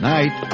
Night